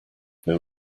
there